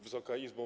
Wysoka Izbo!